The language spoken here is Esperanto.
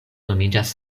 nomiĝas